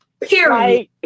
Period